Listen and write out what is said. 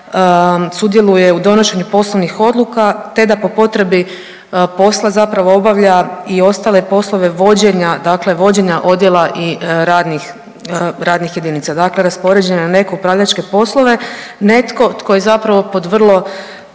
sudjeluje u donošenju poslovnih odluka te da po potrebi posla zapravo obavlja i ostale poslove vođenja, dakle vođenja odjela i radnih jedinica, dakle raspoređen je na neke upravljačke poslove netko tko je zapravo pod vrlo